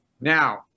now